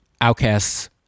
Outcasts